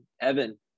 Evan